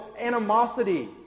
animosity